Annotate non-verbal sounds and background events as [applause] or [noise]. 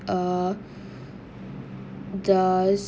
uh [breath] the